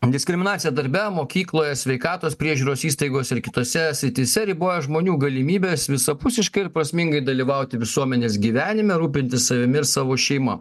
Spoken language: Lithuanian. diskriminacija darbe mokykloje sveikatos priežiūros įstaigos ir kitose srityse riboja žmonių galimybes visapusiškai ir prasmingai dalyvauti visuomenės gyvenime rūpintis savimi ir savo šeima